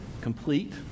complete